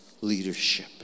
leadership